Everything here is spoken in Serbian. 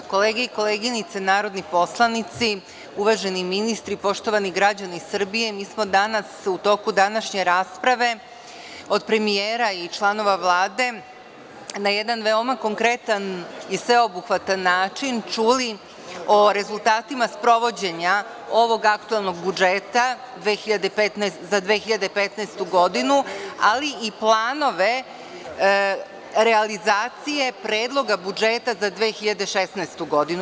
Kolege i koleginice narodni poslanici, uvaženi ministri, poštovani građani Srbije, mi smo danas u toku današnje rasprave od premijera i članova Vlade na jedan veoma konkretan i sveobuhvatan način čuli o rezultatima sprovođenja ovog aktuelnog budžeta za 2015. godinu, ali i planove realizacije predloga budžeta za 2016. godinu.